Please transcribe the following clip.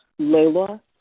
Lola